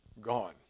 gone